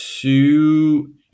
two